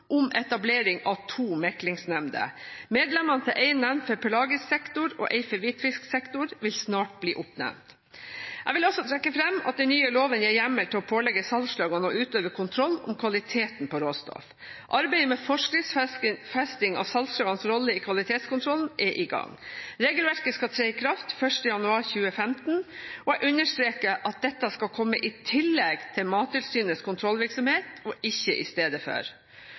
om etablering av to meklingsnemnder. Medlemmene til en nemnd for pelagisk sektor og en for hvitfisksektoren vil snart bli oppnevnt. Jeg vil også trekke fram at den nye loven gir hjemmel til å pålegge salgslagene å utøve kontroll med kvaliteten på råstoff. Arbeidet med forskriftsfesting av salgslagenes rolle i kvalitetskontrollen er i gang. Regelverket skal tre i kraft 1. januar 20l5, og jeg understreker at dette skal komme i tillegg til Mattilsynets kontrollvirksomhet og ikke